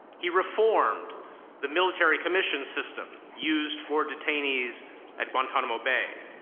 he reformed the military-commissions system used for detainees at guantanamo bay.